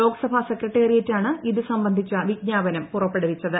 ലോക്സഭ സെക്രട്ടേറിയറ്റാണ് ഇത് സംബന്ധിച്ച വിജ്ഞാപനം പുറപ്പെടുവിച്ചത്